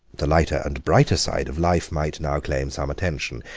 the lighter and brighter side of life might now claim some attention.